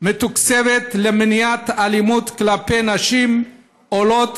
מתוקצבת למניעת אלימות כלפי נשים עולות,